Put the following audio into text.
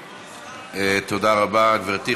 תודה רבה, גברתי.